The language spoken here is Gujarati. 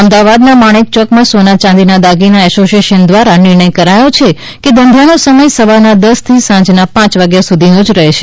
અમદાવાદના માણેકચોક સોના યાંદી દાગીના અસોશિએશન દ્વારા નિર્ણય કરાયો છે કે ધંધા નો સમય સવારના દશ થી સાંજના પાંચ વાગ્યા સુધીનો જ રહેશે